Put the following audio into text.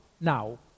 now